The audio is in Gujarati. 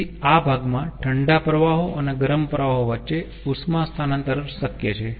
તેથી આ ભાગમાં ઠંડા પ્રવાહો અને ગરમ પ્રવાહો વચ્ચે ઉષ્મા સ્થાનાંતર શક્ય છે